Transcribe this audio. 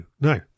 no